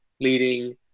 leading